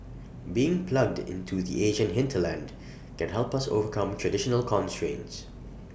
being plugged into the Asian hinterland can help us overcome traditional constraints